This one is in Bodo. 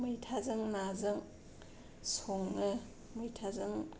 मैथाजों नाजों सङो मैथाजों